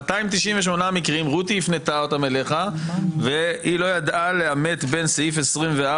298 מקרים רותי הפנתה אותם אליך והיא לא ידעה לאמת בין סעיף 24